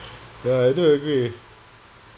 ya I do agree